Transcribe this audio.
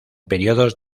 períodos